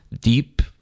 deep